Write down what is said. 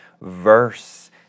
verse